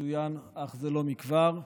שצוין אך זה לא מכבר.